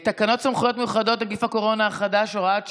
תקנות סמכויות מיוחדות להתמודדות עם נגיף הקורונה החדש (הוראת שעה)